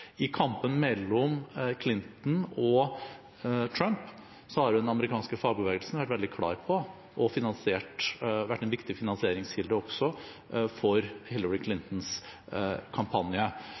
I kampen mellom Clinton og Trump har den amerikanske fagbevegelsen vært veldig klar og vært en viktig finansieringskilde også for Hillary Clintons kampanje.